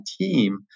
team